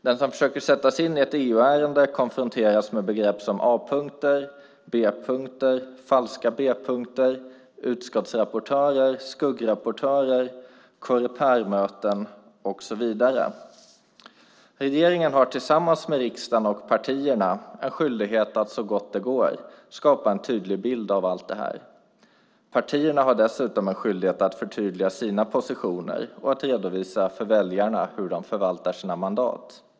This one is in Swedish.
Den som försöker sätta sig in i ett EU-ärende konfronteras med begrepp som A-punkter, B-punkter, falska B-punkter, utskottsrapportörer, skuggrapportörer, Corepermöten och så vidare. Regeringen har tillsammans med riksdagen och partierna en skyldighet att så gott det går skapa en tydlig bild av allt detta. Partierna har dessutom en skyldighet att förtydliga sina positioner och att redovisa för väljarna hur de förvaltar sina mandat.